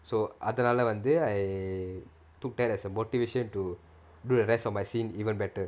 so அதுனால வந்து:athunala vanthu I took that as a motivation to do the rest of my scenes even better